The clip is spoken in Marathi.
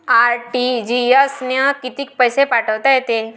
आर.टी.जी.एस न कितीक पैसे पाठवता येते?